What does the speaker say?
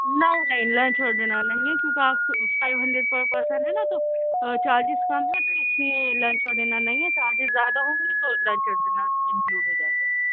نہیں نہیں لنچ اور ڈنر نہیں ہے کیونکہ آپ کو فائیو ہنڈریڈ پر پرسن ہے نا تو چارجز کم ہے تو اس لیے لنچ اور ڈنر نہیں ہے چارجز زیادہ ہوں گے تو لنچ اور ڈنر انکلوڈ ہو جائے گا